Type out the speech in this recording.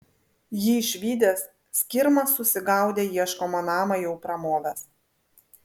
jį išvydęs skirma susigaudė ieškomą namą jau pramovęs